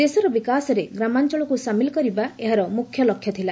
ଦେଶର ବିକାଶରେ ଗ୍ରାମାଞ୍ଚଳକୁ ସାମିଲ କରିବା ଏହାର ମୁଖ୍ୟ ଲକ୍ଷ୍ୟ ଥିଲା